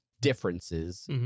differences